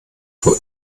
vor